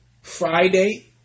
Friday